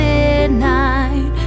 midnight